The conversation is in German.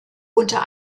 unter